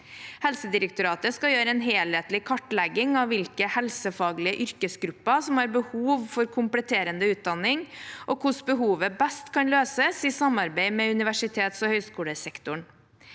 Helsedirektoratet skal foreta en helhetlig kartlegging av hvilke helsefaglige yrkesgrupper som har behov for kompletterende utdanning, og hvordan behovet best kan løses i samarbeid med universitets- og høyskolesektoren.